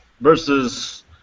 versus